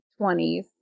20s